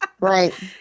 Right